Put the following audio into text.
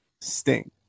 sting